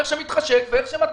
איך שמתחשק ואיך שמתאים.